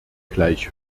gleich